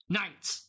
Knights